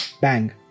bang